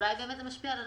אולי זה משפיע על אנשים.